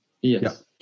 Yes